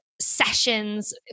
sessions